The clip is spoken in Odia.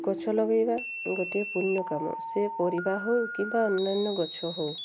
ଗଛ ଲଗାଇବା ଗୋଟିଏ ପୂର୍ଣ୍ଣ କାମ ସେ ପରିବା ହେଉ କିମ୍ବା ଅନ୍ୟାନ୍ୟ ଗଛ ହେଉ